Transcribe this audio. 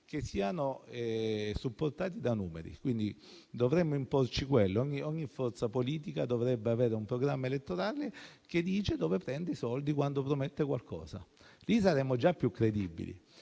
che siano supportati da numeri, quindi dovremmo imporci che ogni forza politica abbia un programma elettorale che dica dove prende i soldi quando promette qualcosa. Lì saremmo già più credibili.